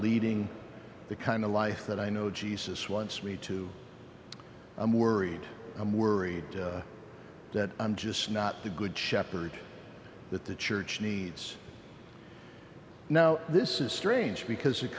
leading the kind of life that i know jesus wants me to i'm worried i'm worried that i'm just not the good shepherd that the church needs now this is strange because it